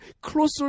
Closer